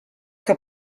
que